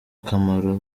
kamaro